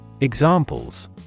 Examples